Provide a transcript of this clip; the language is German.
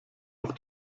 auf